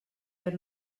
per